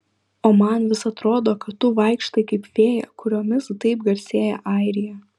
o man vis atrodo kad tu vaikštai kaip fėja kuriomis taip garsėja airija